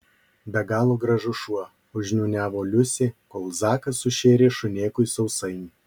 be galo gražus šuo užniūniavo liusė kol zakas sušėrė šunėkui sausainį